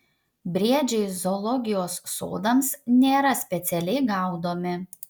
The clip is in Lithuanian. briedžiai zoologijos sodams nėra specialiai gaudomi